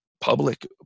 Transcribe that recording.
public